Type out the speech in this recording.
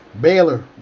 Baylor